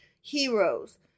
heroes